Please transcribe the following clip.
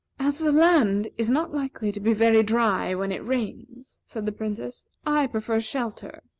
as the land is not likely to be very dry when it rains, said the princess, i prefer a shelter,